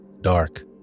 Dark